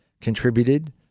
contributed